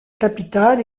capitale